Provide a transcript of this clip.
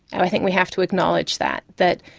i think we have to acknowledge that, that,